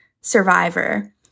Survivor